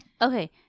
Okay